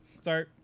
Sorry